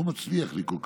לא מצליח לי כל כך,